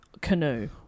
canoe